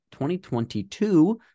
2022